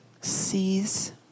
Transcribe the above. sees